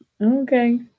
Okay